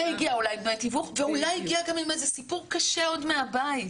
והגיעה גם עם תיווך ואולי הגיעה גם עם איזה סיפור קשה עוד מהבית,